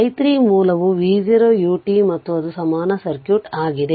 i3 ಮೂಲ v0 u t ಮತ್ತು ಅದು ಸಮಾನ ಸರ್ಕ್ಯೂಟ್ ಆಗಿದೆ